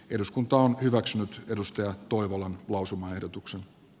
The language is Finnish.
eduskunta on hyväksynyt edustaja toivolan lausumaehdotuksen